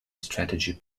strategy